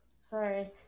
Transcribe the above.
Sorry